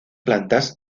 plantas